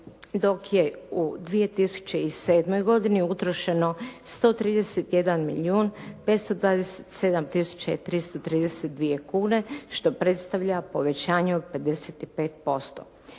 dok je u 2007. godini utrošeno 131 milijun 527 tisuća i 332 kune što predstavlja povećanje od 55%.